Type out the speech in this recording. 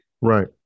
Right